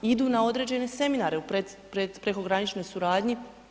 Idu na određene seminare u prekograničnoj suradnji.